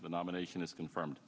the nomination is confirmed